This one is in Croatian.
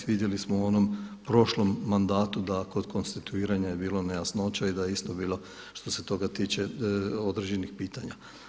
Vidjeli smo u onom prošlom mandatu da kod konstituiranja je bilo nejasnoća i da je isto bilo što se toga tiče određenih pitanja.